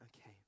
Okay